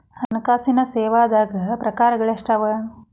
ಹಣ್ಕಾಸಿನ್ ಸೇವಾದಾಗ್ ಪ್ರಕಾರ್ಗಳು ಎಷ್ಟ್ ಅವ?